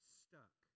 stuck